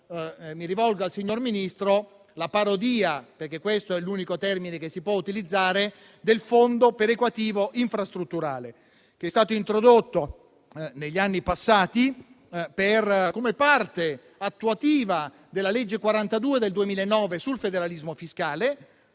mi rivolgo al signor Ministro - veniamo alla parodia, perché questo è l'unico termine che si può utilizzare, del Fondo perequativo infrastrutturale, che è stato introdotto negli anni passati come parte attuativa della legge n. 42 del 2009 sul federalismo fiscale.